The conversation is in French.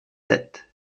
sept